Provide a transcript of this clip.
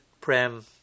prem